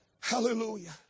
Hallelujah